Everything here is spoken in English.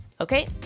okay